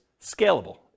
scalable